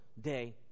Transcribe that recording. day